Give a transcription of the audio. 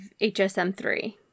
HSM3